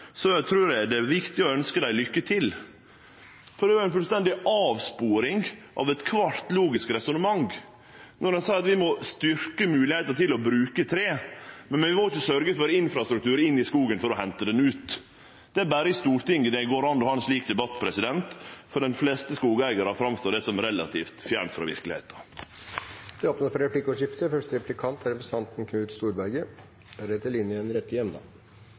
trur eg det er viktig å ønskje dei lykke til, for dei har vist ei fullstendig avsporing av alle logiske resonnement. Når dei seier at vi må styrkje moglegheita til å bruke tre, må ein også sørgje for infrastruktur inn i skogen for å hente han ut. Det er berre i Stortinget det går an å ha ein slik debatt. For dei fleste skogeigarar framstår det som relativt fjernt frå verkelegheita. Det blir replikkordskifte. Jeg får nesten lyst til overfor statsråden å si takk for